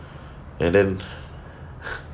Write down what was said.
and then